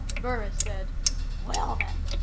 burris said well, then,